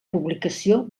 publicació